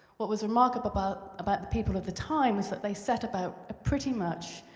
what was remarkable about about the people of the time was that they set about, pretty much,